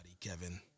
Kevin